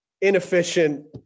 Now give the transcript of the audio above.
inefficient